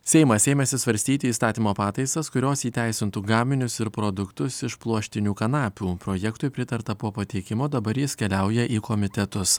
seimas ėmėsi svarstyti įstatymo pataisas kurios įteisintų gaminius ir produktus iš pluoštinių kanapių projektui pritarta po pateikimo dabar jis keliauja į komitetus